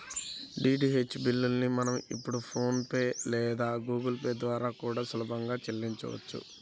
DTH బిల్లుల్ని మనం ఇప్పుడు ఫోన్ పే లేదా గుగుల్ పే ల ద్వారా కూడా సులభంగా చెల్లించొచ్చు